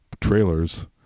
trailers